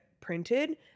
printed